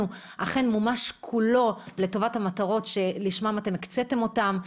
אכן מומש כולו לטובת המטרות שלשמן אתם הקציתם אותו.